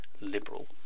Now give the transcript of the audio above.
liberal